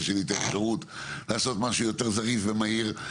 שתהיה לי את האפשרות לעשות משהו יותר זריז ומהיר.